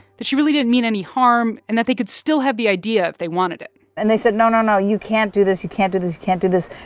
that she really didn't mean any harm and that they could still have the idea if they wanted it and they said, no, no, no, you can't do this. you can't do this. you can't do this.